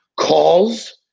Calls